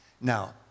Now